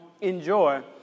enjoy